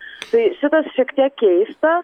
tai šitas šiek tiek keista